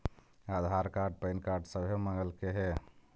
आधार card PAN card सभे मगलके हे?